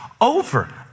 over